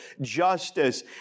justice